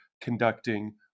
conducting